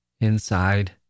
Inside